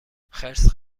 خرس